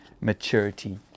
maturity